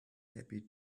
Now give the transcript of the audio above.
happy